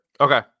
Okay